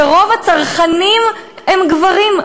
ורוב הצרכנים הם גברים,